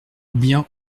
bien